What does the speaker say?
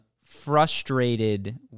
frustrated